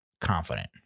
confident